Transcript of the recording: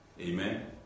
Amen